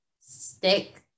stick